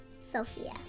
Sophia